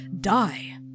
die